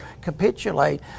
capitulate